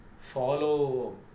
follow